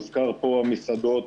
הוזכרו פה מסעדות,